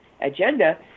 agenda